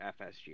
FSG